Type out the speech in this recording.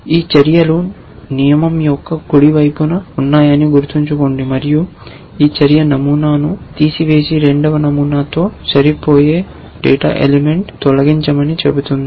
ఈ చర్యలు నియమం యొక్క కుడి వైపున ఉన్నాయని గుర్తుంచుకోండి మరియు ఈ చర్య నమూనాను తీసివేసి రెండవ నమూనాతో సరిపోయే డేటా ఎలిమెంట్ తొలగించమని చెబుతోంది